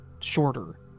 shorter